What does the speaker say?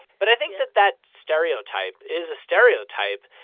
but i think that that stereotype is a stereotype.